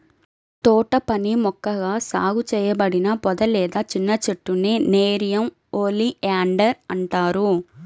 తోటపని మొక్కగా సాగు చేయబడిన పొద లేదా చిన్న చెట్టునే నెరియం ఒలియాండర్ అంటారు